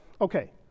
okay